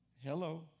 Hello